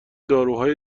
داروهای